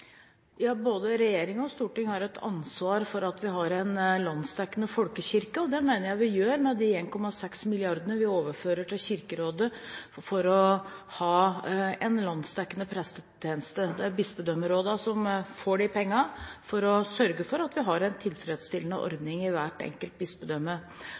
Ja, både regjering og storting har et ansvar for at vi har en landsdekkende folkekirke, og det mener jeg vi viser med de 1,6 mrd. kr vi overfører til Kirkerådet for å ha en landsdekkende prestetjeneste. Det er bispedømmerådene som får de pengene for å sørge for at vi har en tilfredsstillende